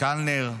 וקלנר,